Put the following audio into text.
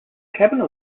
cabin